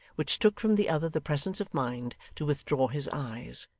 which took from the other the presence of mind to withdraw his eyes,